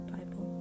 Bible